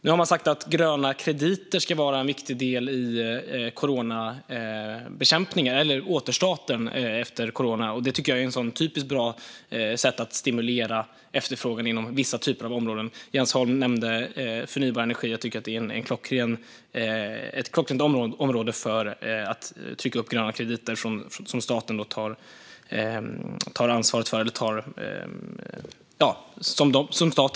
Nu har man sagt att gröna krediter ska vara viktiga i återstarten efter coronapandemin. Det är ett bra sätt att stimulera efterfrågan inom vissa typer av områden. Jens Holm nämnde förnybar energi. Det är ett klockrent område för att trycka upp gröna krediter som staten tar ansvar för.